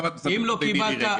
למה את מסבכת אותו עם מירי רגב.